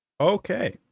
Okay